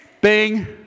Bing